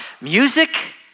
Music